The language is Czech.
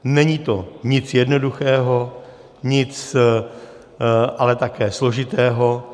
Není to nic jednoduchého, nic ale také složitého.